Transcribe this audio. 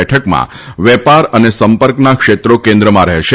બેઠકમાં વેપાર અને સંપર્કના ક્ષેત્રો કેન્દ્રમાં રહેશે